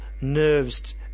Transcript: nerves